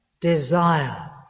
Desire